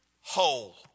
whole